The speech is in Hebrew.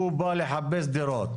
הוא בא לחפש דירות.